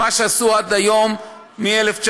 מה שעשו עד היום מ-1980.